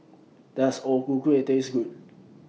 Does O Ku Kueh Taste Good